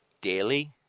daily